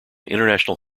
international